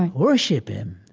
like worship him,